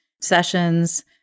sessions